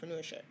entrepreneurship